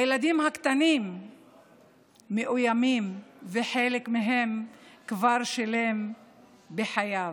הילדים הקטנים מאוימים, וחלק מהם כבר שילם בחייו.